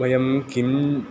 वयं किम्